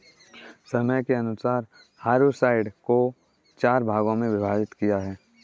समय के अनुसार हर्बिसाइड्स को चार भागों मे विभाजित किया है